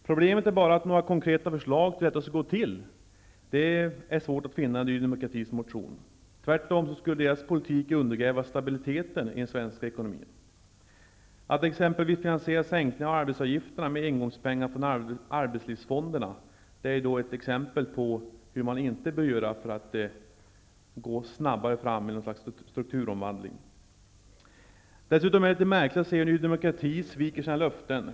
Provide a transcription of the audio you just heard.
Problemet är bara att några konkreta förslag om hur detta skall gå till inte står att finna i Ny demokratis motion. Tvärtom skulle Ny demokratis politik undergräva stabiliteten i den svenska ekonomin på ett katastrofalt sätt. Att exempelvis finansiera sänkningar av arbetsgivaravgifterna med engångspengar från arbetslivsfonderna är ett exempel på hur man inte bör göra för att gå snabbare fram med något slags strukturomvandling. Dessutom är det litet märkligt att se hur Ny demokrati sviker sina löften.